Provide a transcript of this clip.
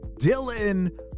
Dylan